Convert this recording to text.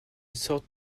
sorte